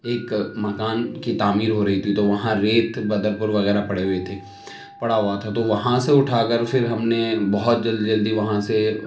ایک مکان کی تعمیر ہو رہی تھی تو وہاں ریت بدر پور وغیرہ پڑے ہوئے تھے پڑا ہوا تھا تو وہاں سے اٹھا کر پھر ہم نے بہت جلدی جلدی وہاں سے